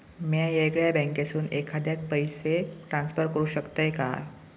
म्या येगल्या बँकेसून एखाद्याक पयशे ट्रान्सफर करू शकतय काय?